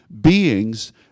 beings